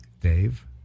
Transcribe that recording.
Dave